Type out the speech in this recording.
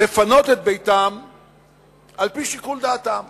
לפנות את ביתם על-פי שיקול דעתם.